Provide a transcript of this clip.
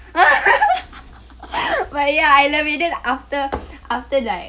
but ya I love it then after after like